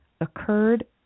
occurred